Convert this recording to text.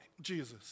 Jesus